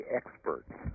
experts